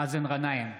מאזן גנאים,